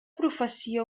professió